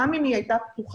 גם אם היא הייתה פתוחה,